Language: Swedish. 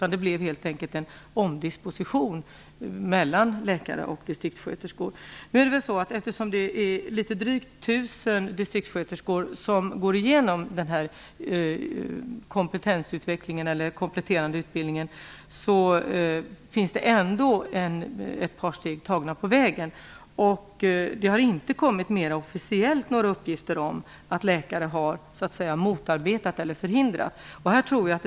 Det blev helt enkelt en omdisposition mellan läkare och distriktssköterskor. Eftersom det är drygt 1 000 distriktssköterskor som går igenom denna kompletterande utbildning, är detta ändå några steg tagna på vägen. Det har inte kommit några mera officiella uppgifter om att läkare har motarbetat eller förhindrat förskrivningsrätt för distriktssköterskor.